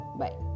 bye